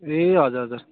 ए हजुर हजुर